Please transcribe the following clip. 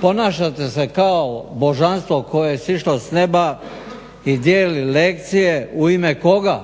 Ponašate se kao božanstvo koje je sišlo s nema i dijeli lekcije. U ime koga?